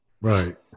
Right